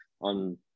on